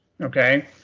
okay